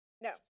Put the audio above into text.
no